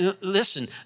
Listen